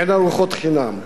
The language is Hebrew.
אין ארוחות חינם.